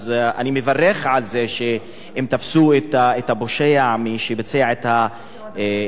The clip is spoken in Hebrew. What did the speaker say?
אז אני מברך על זה שהם תפסו את הפושע שביצע את הפשע